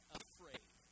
afraid